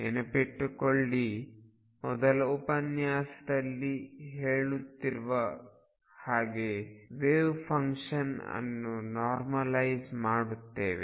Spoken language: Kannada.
ನೆನಪಿಟ್ಟುಕೊಳ್ಳಿ ಮೊದಲ ಉಪನ್ಯಾಸದಿಂದ ಹೇಳುತ್ತಿರುವ ಹಾಗೆ ವೇವ್ ಫಂಕ್ಷನ್ ಅನ್ನು ನಾರ್ಮಲೈಜ್ ಮಾಡುತ್ತೇವೆ